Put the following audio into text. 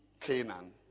Canaan